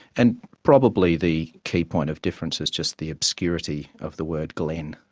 and probably the key point of difference is just the obscurity of the word glen,